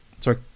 sorry